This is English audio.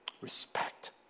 Respect